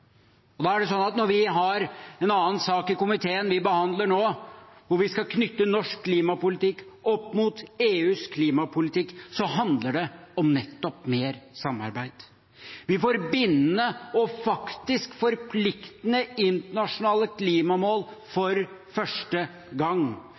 Når vi i komiteen nå behandler en sak der vi skal knytte norsk klimapolitikk opp mot EUs klimapolitikk, handler det nettopp om mer samarbeid. Vi får bindende og faktisk forpliktende internasjonale klimamål